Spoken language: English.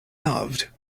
loved